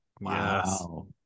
Wow